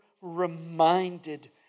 reminded